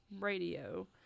radio